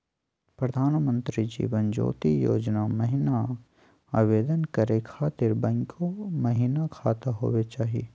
प्रधानमंत्री जीवन ज्योति योजना महिना आवेदन करै खातिर बैंको महिना खाता होवे चाही?